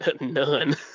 None